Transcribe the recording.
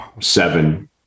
seven